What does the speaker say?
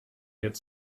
get